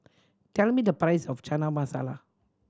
tell me the price of Chana Masala